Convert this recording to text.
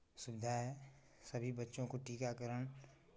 सुविधा है सभी बच्चों को टीकाकरण